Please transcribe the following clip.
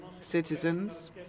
citizens